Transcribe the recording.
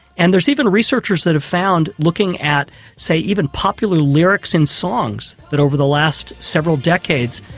and there's even researchers that have found looking at say even popular lyrics in songs that over the last several decades,